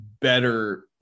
better